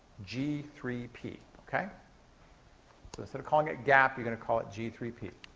g three p, okay? so instead of calling it gap, you're going to call it g three p.